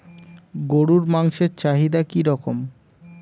গরুর মাংসের চাহিদা কি রকম?